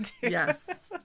Yes